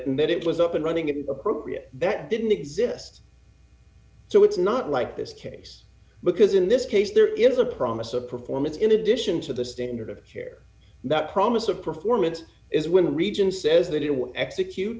and that it was up and running in the appropriate that didn't exist so it's not like this case because in this case there is a promise of performance in addition to the standard of care that promise of performance is when region says that it will execute